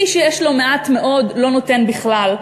מי שיש לו מעט מאוד לא נותן בכלל,